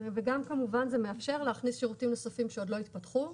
וגם כמובן זה מאפשר להכניס שירותים נוספים שעוד לא התפתחו,